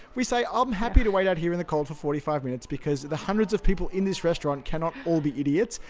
we say, i'm happy to wait out here in the cold for forty five minutes, because of the hundreds of people in this restaurant cannot all be idiots.